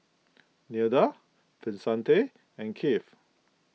Nilda Vicente and Keith